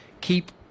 keep